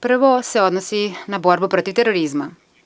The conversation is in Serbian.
Prvo se odnosi na borbu protiv terorizma.